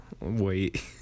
Wait